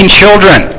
children